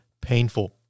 painful